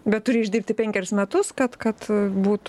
bet turi išdirbti penkerius metus kad kad būtų